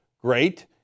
great